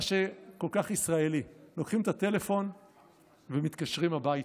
שכל כך ישראלי: לוקחים את הטלפון ומתקשרים הביתה.